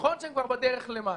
נכון שהם כבר בדרך למטה,